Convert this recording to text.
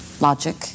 logic